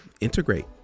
integrate